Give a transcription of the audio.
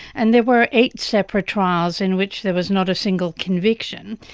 and there were eight separate trials in which there was not a single conviction,